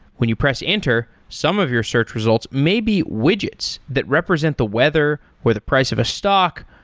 when you press enter, some of your search results may be widgets that represent the weather, or the price of a stock,